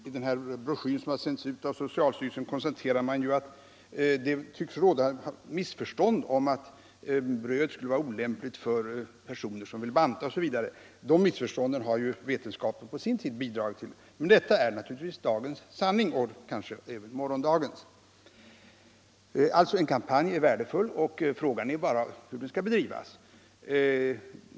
I den broschyr som sänts ut av socialstyrelsen konstaterar man att det tycks råda missförstånd om att bröd skulle vara olämpligt för personer som vill banta osv. De missförstånden har ju vetenskapen på sin tid bidragit till. Vad man nu propagerar för är naturligtvis dagens sanning och förhoppningsvis även morgondagens. Alltså: En kampanj är värdefull, och frågan är bara hur den skall bedrivas.